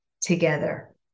together